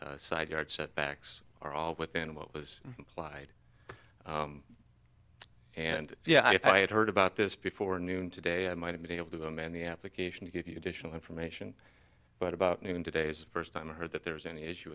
side yard setbacks are all within what was implied and yeah if i had heard about this before noon today i might have been able to them and the application to get the additional information but about noon today's first time i heard that there's any issue